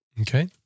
Okay